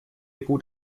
gut